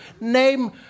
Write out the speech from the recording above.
Name